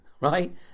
right